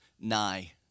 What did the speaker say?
nigh